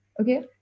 Okay